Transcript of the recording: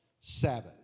Sabbath